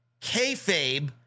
Kayfabe